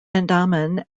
andaman